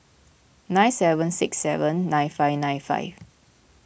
nine seven six seven nine five nine five